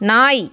நாய்